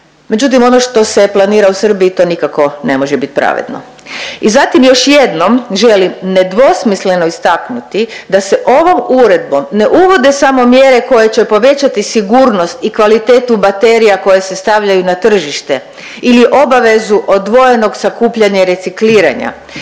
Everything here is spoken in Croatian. Međutim, ono što se planira u Srbiji to nikako ne može biti pravedno. I zatim još jednom želim nedvosmisleno istaknuti da se ovom uredbom ne uvode samo mjere koje će povećati sigurnost i kvalitetu baterija koje se stavljaju na tržište ili obavezu odvojenog sakupljanja i recikliranja